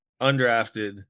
undrafted